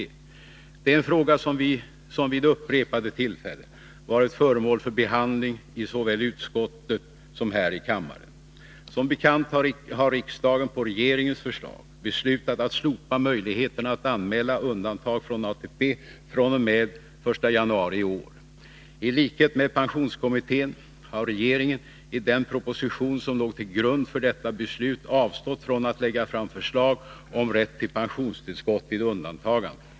Det är en fråga som vid upprepade tillfällen varit föremål för behandling i såväl utskottet som här i kammaren. Som bekant har riksdagen på regeringens förslag beslutat att slopa möjligheten att anmäla undantagande från ATP fr.o.m. 1 januari i år. I likhet med pensionskommittén har regeringen i den proposition som låg till grund för detta beslut avstått från att lägga fram förslag om rätt till pensionstillskott vid undantagande.